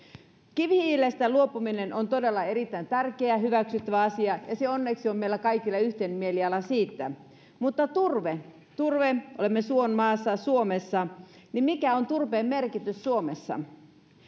kivihiilestä luopuminen on todella erittäin tärkeä hyväksyttävä asia ja onneksi on meillä kaikilla yhteinen mieliala siitä mutta turve olemme suon maassa suomessa mikä on turpeen merkitys suomessa